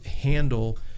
handle